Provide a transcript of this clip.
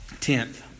Tenth